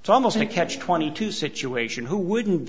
it's almost a catch twenty two situation who wouldn't